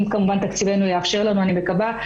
אם כמובן תקציבנו יאפשר לנו, אני מקווה.